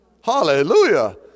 Hallelujah